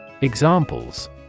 Examples